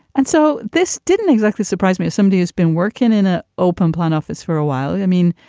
and so this didn't exactly surprise me as somebody who's been working in a open plan office for a while. i mean,